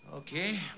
Okay